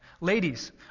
Ladies